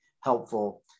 helpful